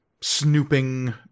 snooping